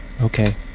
Okay